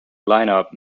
lineup